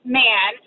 man